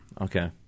Okay